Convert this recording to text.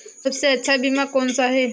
सबसे अच्छा बीमा कौनसा है?